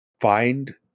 find